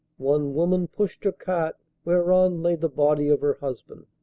one women pushed her cart whereon lay the body of her husband.